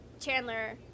Chandler